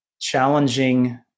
challenging